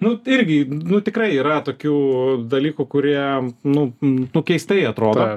nu irgi nu tikrai yra tokių dalykų kurie nu n keistai atrodo